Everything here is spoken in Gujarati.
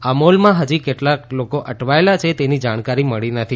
આ મોલમાં ફજી કેટલા લોકો અટવાયેલા છે તેની જાણકારી મળી નથી